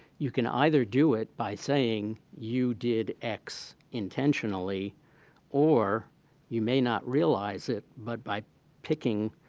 you can either do it by saying you did x intentionally or you may not realize it but by picking